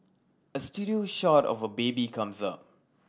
a studio shot of a baby comes up